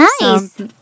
Nice